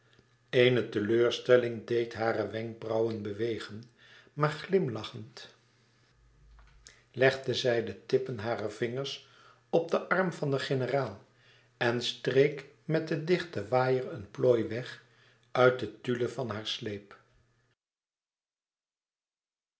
eene teleurstelling deed hare wenkbrauwen bewegen maar glimlachend legde zij de tippen harer vingers op den arm van den generaal en streek met den dichten waaier een plooi weg uit de tulle van haar sleep